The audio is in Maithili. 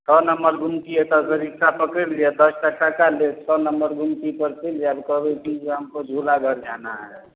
छओ नम्बर गुमती एतसँ रिक्शा पकड़ि लिअ दशटा टाका लेत छओ नम्बर गुमती पर चलि जाएब कहबै कि जे हमको झूलाघर जाना है